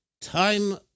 time